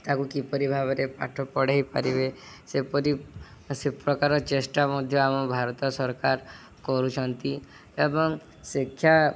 ତାକୁ କିପରି ଭାବରେ ପାଠ ପଢ଼େଇ ପାରିବେ ସେପରି ସେ ପ୍ରକାର ଚେଷ୍ଟା ମଧ୍ୟ ଆମ ଭାରତ ସରକାର କରୁଛନ୍ତି ଏବଂ ଶିକ୍ଷା